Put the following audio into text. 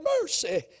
mercy